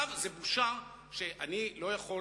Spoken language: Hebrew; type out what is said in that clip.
זו בושה שאני לא יכול